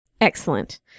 Excellent